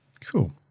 cool